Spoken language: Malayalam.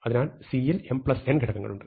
അതിനാൽ C യിൽ mn ഘടകങ്ങളുണ്ട്